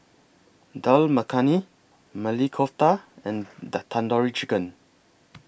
Dal Makhani Maili Kofta and Tandoori Chicken